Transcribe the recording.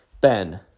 Ben